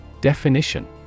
Definition